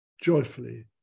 joyfully